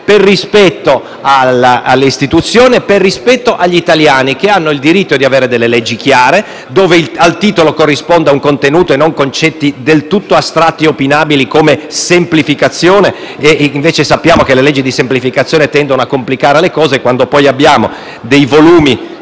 per rispetto all'istituzione e per rispetto agli italiani, che hanno il diritto di avere leggi chiare, dove al titolo corrisponda un contenuto e non si ricorra a concetti del tutto astratti e opinabili, come «semplificazione», laddove sappiamo che le leggi di semplificazione tendono a complicare le cose quando poi abbiamo volumi